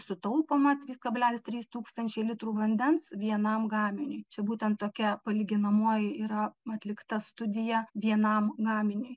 sutaupoma trys kablelis trys tūkstančiai litrų vandens vienam gaminiui čia būtent tokia palyginamoji yra atlikta studija vienam gaminiui